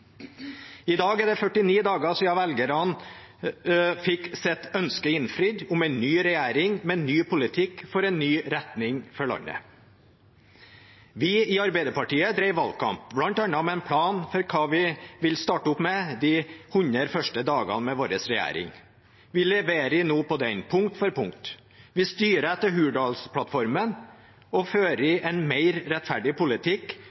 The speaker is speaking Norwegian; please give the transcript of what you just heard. I dag er det 49 dager siden velgerne fikk sitt ønske innfridd om en ny regjering med en ny politikk for en ny retning for landet. Vi i Arbeiderpartiet drev valgkamp bl.a. med en plan for hva vi ville starte opp med de 100 første dagene med vår regjering. Vi leverer nå på den, punkt for punkt. Vi styrer etter Hurdalsplattformen og fører en mer rettferdig politikk